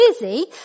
busy